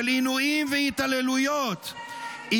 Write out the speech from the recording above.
של עינויים והתעללויות -- די,